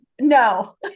No